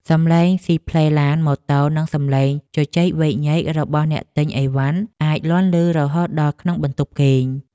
សំឡេងស៊ីផ្លេឡាន ម៉ូតូ និងសំឡេងជជែកវែកញែករបស់អ្នកទិញអីវ៉ាន់អាចលាន់ឮរហូតដល់ក្នុងបន្ទប់គេង។